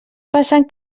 passen